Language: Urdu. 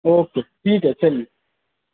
اوکے ٹھیک ہے چلیے